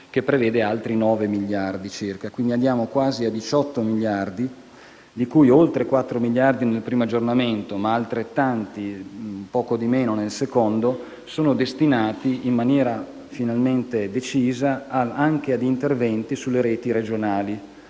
vostra attenzione. Arriviamo quindi quasi a 18 miliardi, di cui oltre 4 miliardi nel primo aggiornamento, ma altrettanti o poco di meno nel secondo, sono destinati, in maniera finalmente decisa, anche ad interventi sulle reti regionali